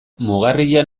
mugarrian